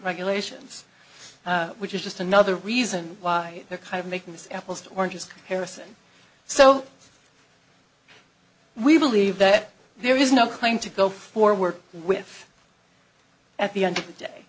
regulations which is just another reason why they're kind of making this apples to oranges comparison so we believe that there is no claim to go forward with at the end of the day